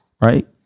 right